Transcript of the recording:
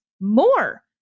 more